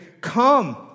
come